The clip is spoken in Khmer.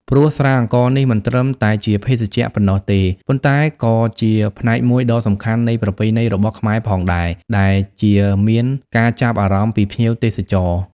ព្រោះស្រាអង្ករនេះមិនត្រឹមតែជាភេសជ្ជៈប៉ុណ្ណោះទេ ប៉ុន្តែក៏ជាផ្នែកមួយដ៏សំខាន់នៃប្រពៃណីរបស់ខ្មែរផងដែរ ដែលជាមានការចាប់អារម្មណ៏ពីភ្ញៀវទេសចរណ៍។